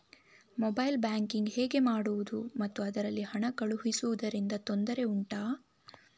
mobile banking ಹೇಗೆ ಮಾಡುವುದು ಮತ್ತು ಅದರಲ್ಲಿ ಹಣ ಕಳುಹಿಸೂದರಿಂದ ತೊಂದರೆ ಉಂಟಾ